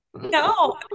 No